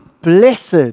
Blessed